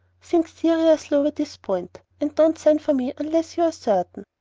think seriously over this point, and don't send for me unless you are certain.